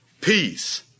Peace